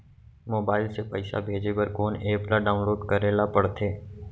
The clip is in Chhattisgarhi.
मोबाइल से पइसा भेजे बर कोन एप ल डाऊनलोड करे ला पड़थे?